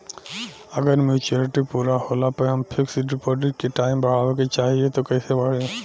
अगर मेचूरिटि पूरा होला पर हम फिक्स डिपॉज़िट के टाइम बढ़ावे के चाहिए त कैसे बढ़ी?